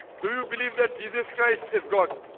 do you believe that jesus christ is god